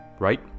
right